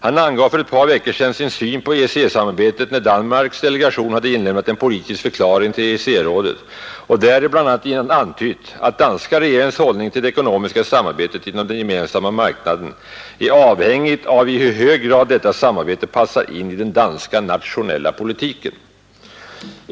Han angav för ett par veckor sedan sin syn på EEC-samarbetet när Danmarks delegation hade inlämnat en politisk förklaring till EEC-rådet och däri bl.a. antytt att danska regeringens hållning till det ekonomiska samarbetet inom Gemensamma marknaden är avhängig av i hur hög grad detta samarbete passar in i den 87 danska nationella politiken.